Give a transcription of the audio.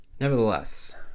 Nevertheless